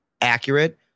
accurate